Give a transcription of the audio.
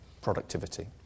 productivity